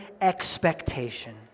expectation